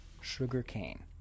sugarcane